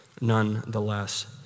nonetheless